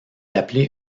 appelé